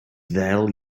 ddel